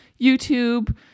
YouTube